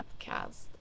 podcast